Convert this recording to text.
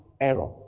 error